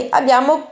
abbiamo